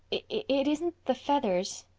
it. isn't the feathers,